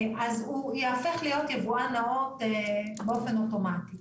אז הוא ייהפך להיות יבואן נאות באופן אוטומטי.